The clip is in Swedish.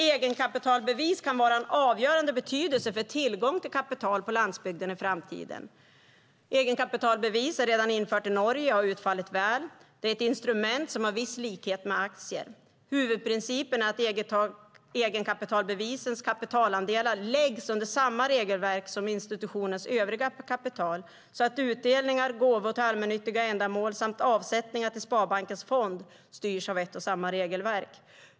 Egenkapitalbevis kan vara av avgörande betydelse för tillgången till kapital på landsbygden i framtiden. Egenkapitalbevis är redan infört i Norge, och har utfallit väl. Det är ett instrument som har viss likhet med aktier. Huvudprincipen är att egenkapitalbevisens kapitalandelar läggs under samma regelverk som institutionens övriga kapital så att utdelningar, gåvor till allmännyttiga ändamål och avsättningar till Sparbankens fond styrs av ett och samma regelverk.